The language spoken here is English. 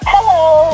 Hello